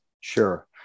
Sure